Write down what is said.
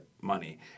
money